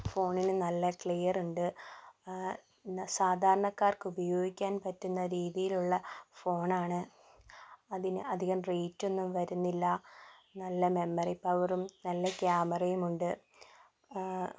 ഫോണിന് നല്ല ക്ലിയർ ഉണ്ട് സാധാരണക്കാർക്ക് ഉപയോഗിക്കാൻ പറ്റുന്ന രീതിയില് ഉള്ള ഫോൺ ആണ് അതിനു അധികം റേറ്റ് ഒന്നും വരുന്നില്ല നല്ല മെമ്മറി പവറും ക്യാമറയും ഉണ്ട്